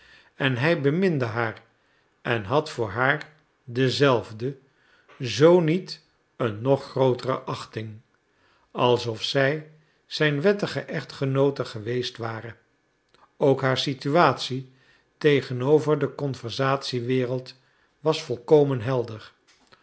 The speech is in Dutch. en hij beminde haar en had voor haar dezelfde zoo niet een nog grootere achting alsof zij zijn wettige echtgenoote geweest ware ook haar situatie tegenover de conversatiewereld was volkomen helder